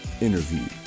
interview